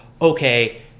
okay